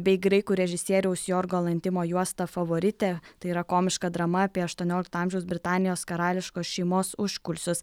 bei graikų režisieriaus jorgo lantimo juosta favoritė tai yra komiška drama apie aštuoniolikto amžiaus britanijos karališkos šeimos užkulisius